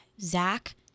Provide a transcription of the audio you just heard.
Zach